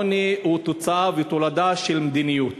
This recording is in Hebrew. העוני הוא תוצאה ותולדה של מדיניות.